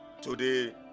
today